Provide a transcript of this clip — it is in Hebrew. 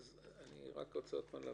אני רק רוצה עוד פעם להבין.